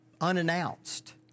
unannounced